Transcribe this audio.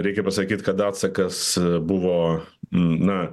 reikia pasakyt kad atsakas buvo na